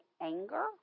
anger